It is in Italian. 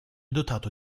dotato